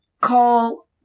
call